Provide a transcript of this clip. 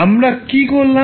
আমরা কি করলাম